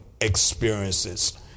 experiences